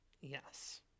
Yes